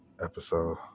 episode